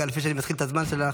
רגע לפני שאני מתחיל את הזמן שלך,